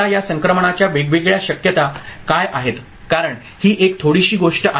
आता या संक्रमणाच्या वेगवेगळ्या शक्यता काय आहेत कारण ही एक थोडीशी गोष्ट आहे